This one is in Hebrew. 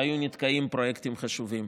והיו נתקעים פרויקטים חשובים.